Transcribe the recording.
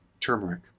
turmeric